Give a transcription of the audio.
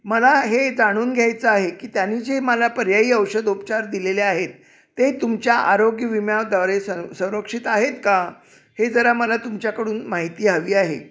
मला हे जाणून घ्यायचं आहे की त्यांनी जे मला पर्यायी औषधोपचार दिलेले आहेत ते तुमच्या आरोग्य विम्याद्वारे स संरक्षित आहेत का हे जरा मला तुमच्याकडून माहिती हवी आहे